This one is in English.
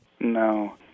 No